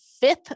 fifth